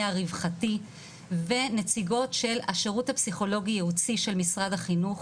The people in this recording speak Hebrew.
הרווחתי ונציגות של השירות הפסיכולוגי ייעוצי של משרד החינוך